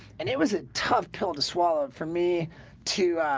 and it was a tough pill to swallow for me to